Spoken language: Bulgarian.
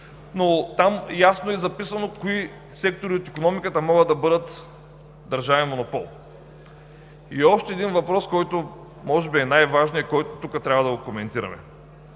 но там ясно е записано кои сектори от икономиката могат да бъдат държавен монопол. И още един въпрос, който може би е най-важният и който тук трябва да го коментираме,